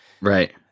Right